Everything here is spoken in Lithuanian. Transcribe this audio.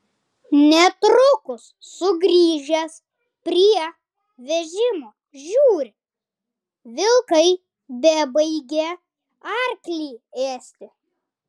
netrukus sugrįžęs prie vežimo žiūri vilkai bebaigią arklį ėsti